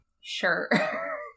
Sure